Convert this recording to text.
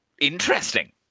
Interesting